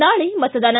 ನಾಳೆ ಮತದಾನ